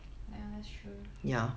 ya that's true